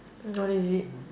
what is it